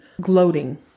gloating